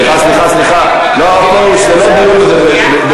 סליחה, סליחה, סליחה,